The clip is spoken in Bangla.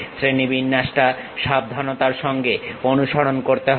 শ্রেণীবিন্যাসটা সাবধানতার সঙ্গে অনুসরণ করতে হবে